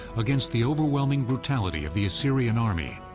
against the overwhelming brutality of the assyrian army,